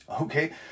Okay